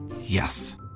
Yes